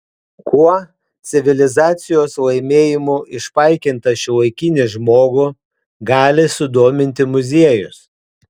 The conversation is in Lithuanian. kuo civilizacijos laimėjimų išpaikintą šiuolaikinį žmogų gali sudominti muziejus